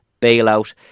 bailout